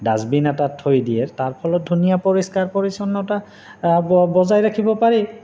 dustbin এটাত থৈ দিয়ে তাৰ ফলত ধুনীয়া পৰিষ্কাৰ পৰিচ্ছন্নতা বজাই ৰাখিব পাৰি